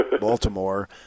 Baltimore